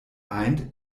eint